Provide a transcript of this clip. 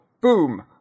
Boom